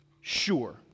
sure